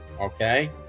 okay